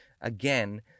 again